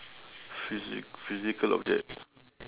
physic~ physical object